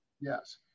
Yes